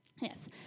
Yes